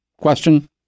question